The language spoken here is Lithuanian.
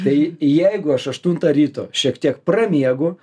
tai jeigu aš aštuntą ryto šiek tiek pramiegu